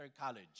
college